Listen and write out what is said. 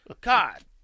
God